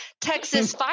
Texas